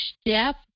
step